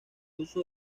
uso